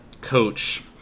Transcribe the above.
coach